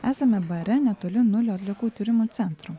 esame bare netoli nulio atliekų tyrimo centro